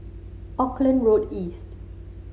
Auckland Road East